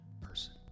person